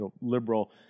liberal